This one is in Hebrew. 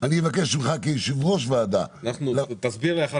אני מבקש ממך כיו"ר ועדה --- תסביר לי אחר